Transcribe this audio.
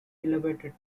elevated